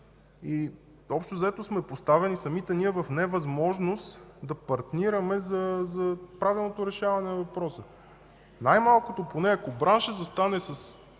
и общо взето самите ние сме поставени в невъзможност да партнираме за правилното решаване на въпроса. Най-малкото, поне ако браншът застане с